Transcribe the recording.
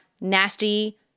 nasty